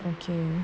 okay